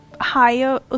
higher